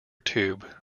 tube